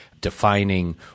defining